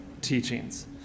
teachings